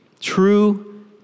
True